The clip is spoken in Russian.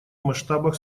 масштабах